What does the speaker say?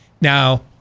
Now